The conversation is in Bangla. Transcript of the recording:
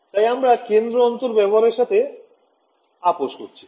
তাই আমরা কেন্দ্র দূরত্ব ব্যবহারের সাথে আপোষ করছি